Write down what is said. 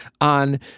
on